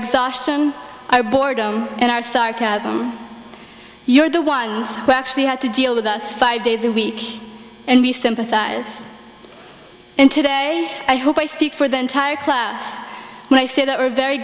exhaustion i boredom and our sarcasm you're the winds actually had to deal with us five days a week and we sympathize and today i hope i speak for the entire class when i say that we're very